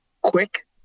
quick